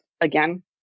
again